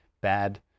bad